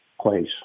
place